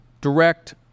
direct